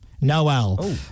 Noel